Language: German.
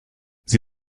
sie